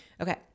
Okay